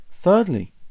Thirdly